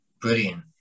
brilliant